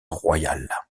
royal